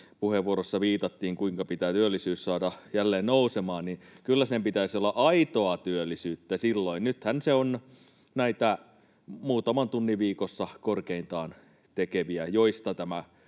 puheenvuorossa viitattiin, kuinka pitää työllisyys saada jälleen nousemaan, niin kyllä sen pitäisi olla aitoa työllisyyttä silloin. Nythän se on näitä korkeintaan muutaman tunnin viikossa tekeviä, joista tämä